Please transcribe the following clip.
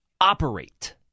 operate